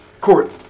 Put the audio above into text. court